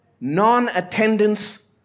non-attendance